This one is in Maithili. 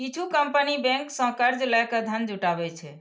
किछु कंपनी बैंक सं कर्ज लए के धन जुटाबै छै